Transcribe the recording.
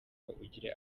ugire